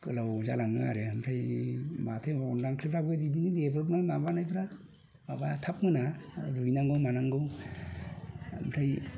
गोलाव जालाङो आरो ओमफ्राय माथो होनबावनो ओंख्रिफ्राबो बिदिनो बेदरजों माबानायफ्रा माबा थाब मोना रुयनांगौ मानांगौ ओमफ्राय